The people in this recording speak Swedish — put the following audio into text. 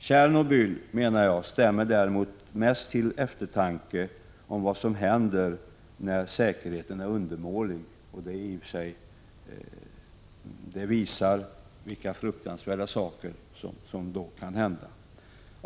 Tjenobylolyckan däremot stämmer mest till eftertanke om vad som händer när säkerheten är undermålig, och det visar vilka fruktansvärda saker som kan hända.